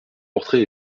portraits